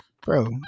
bro